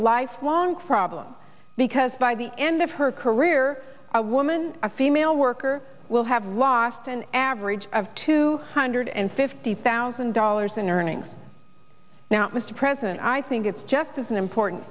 lifelong problem because by the end of her career a woman a female worker will have lost an average of two hundred and fifty thousand dollars in earnings now mr president i think it's just as important